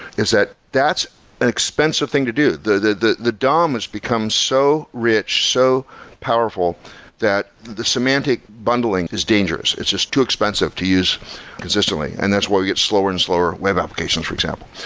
is that that's an expensive thing to do. the the dom has become so rich, so powerful that the semantic bundling is dangerous. it's just too expensive to use consistently, and that's why we get slower and slower web application, for example.